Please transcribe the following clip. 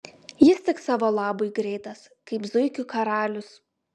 jis tik savo labui greitas kaip zuikių karalius